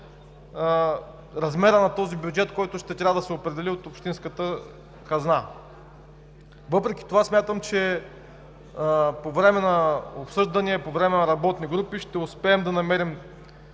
размерът на този бюджет, който ще трябва да се определи от общинската хазна. Въпреки това, смятам, че по време на обсъждания, по време на работни групи ще успеем да намерим